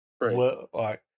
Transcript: right